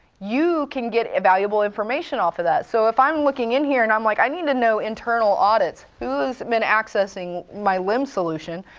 you can get valuable information off of that. so if i'm looking in here and i'm like, i need to know internal audits, who's been accessing my lem solution?